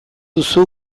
duzu